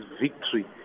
victory